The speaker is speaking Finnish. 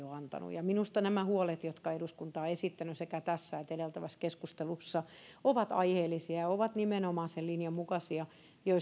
ole antanut ja minusta nämä huolet jotka eduskunta on esittänyt sekä tässä että edeltävässä keskustelussa ovat aiheellisia ja ovat nimenomaan sen linjan mukaisia